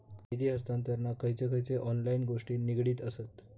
निधी हस्तांतरणाक खयचे खयचे ऑनलाइन गोष्टी निगडीत आसत?